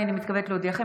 הינני מתכבדת להודיעכם,